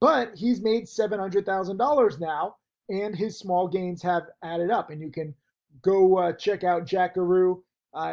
but he's made seven hundred thousand dollars now and his small gains have added up and you can go ah check out jackaroo